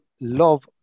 love